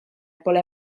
pole